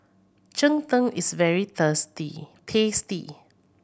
cheng tng is very tasty